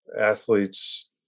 athletes